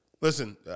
Listen